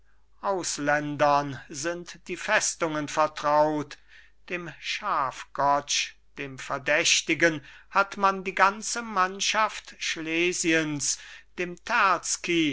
ausländern sind die festungen vertraut dem schafgotsch dem verdächtigen hat man die ganze mannschaft schlesiens dem